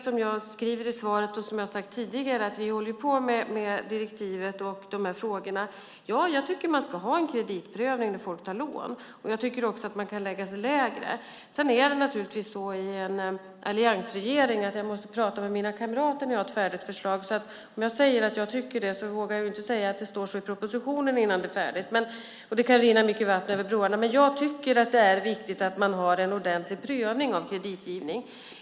Som jag skriver i svaret, och som jag har sagt tidigare, håller vi på med direktivet och de här frågorna. Ja, jag tycker att man ska ha en kreditprövning när folk tar lån. Jag tycker också att man kan lägga sig lägre. Jag måste naturligtvis prata med mina kamrater i alliansregeringen när jag har ett färdigt förslag. Även om jag säger att jag tycker detta vågar jag inte säga att det kommer att stå så i propositionen. Det kan rinna mycket vatten under broarna innan dess, men jag tycker att det är viktigt att man har en ordentlig prövning av kreditgivning.